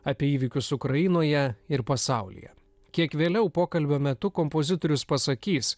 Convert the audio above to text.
apie įvykius ukrainoje ir pasaulyje kiek vėliau pokalbio metu kompozitorius pasakys